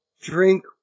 drink